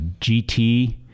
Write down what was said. GT